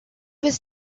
was